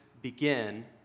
begin